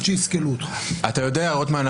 אתה יודע רוטמן,